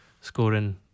scoring